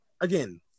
again